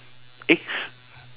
eggs